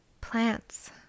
Plants